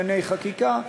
בכל מיני נמלים אחרים,